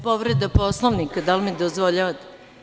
Povreda Poslovnika, da li mi dozvoljavate?